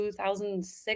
2006